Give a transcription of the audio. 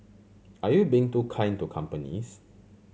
are you being too kind to companies